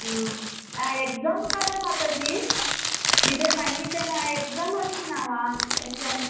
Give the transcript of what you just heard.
हा एक्साम् कदा माताजि एतत् सङ्गीतेन एक्साम् अस्ति न वा एक्साम्